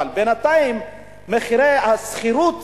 אבל בינתיים מחירי השכירות